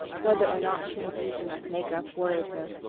whether or not she had used enough make-up worried her,